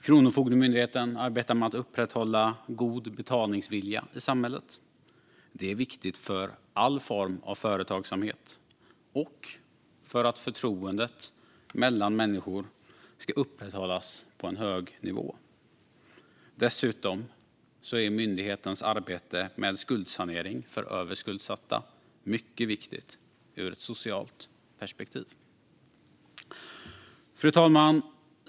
Kronofogdemyndigheten arbetar med att upprätthålla god betalningsvilja i samhället. Det är viktigt för all form av företagsamhet och för att förtroendet mellan människor ska upprätthållas på en hög nivå. Dessutom är myndighetens arbete med skuldsanering för överskuldsatta mycket viktigt ur ett socialt perspektiv. Fru talman!